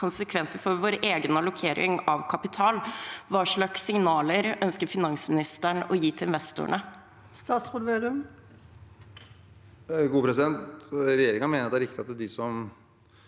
konsekvenser for vår egen allokering av kapital.» Hva slags signaler ønsker finansministeren å gi til investorene? Statsråd Trygve Slagsvold Vedum Re- gjeringen mener det er riktig at de som